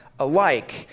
alike